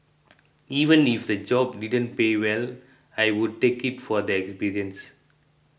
even if the job didn't pay well I would take it for the experience